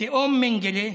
תאום מנגלה,